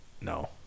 No